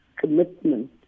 commitment